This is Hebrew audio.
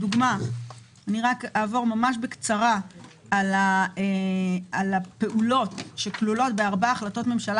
אעבור בקצרה על הפעולות שכלולות בארבע החלטות ממשלה